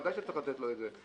ודאי שצריך לתת לו את זה.